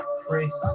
Chris